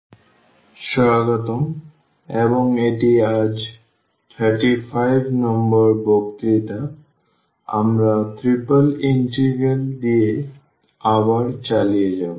সুতরাং স্বাগতম এবং এটি আজ 35 নম্বর বক্তৃতা আমরা ট্রিপল ইন্টিগ্রাল দিয়ে আবার চালিয়ে যাব